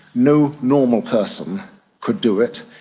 no normal person could do it.